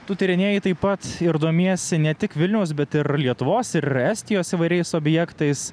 tu tyrinėji tai pats ir domiesi ne tik vilniaus bet ir lietuvos ir estijos įvairiais objektais